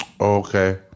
Okay